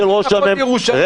מסכנים, באמת.